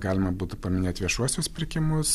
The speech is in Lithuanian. galima būtų paminėt viešuosius pirkimus